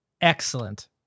Excellent